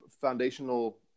foundational